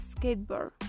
skateboard